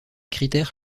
critères